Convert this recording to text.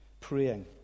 praying